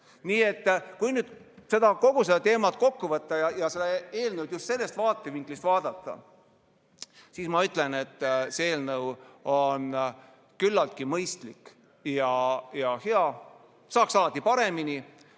Kui nüüd kogu see teema kokku võtta ja seda eelnõu just sellest vaatevinklist vaadata, siis ma ütlen, et see eelnõu on küllaltki mõistlik ja hea. Saaks alati paremini,